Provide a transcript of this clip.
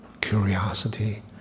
curiosity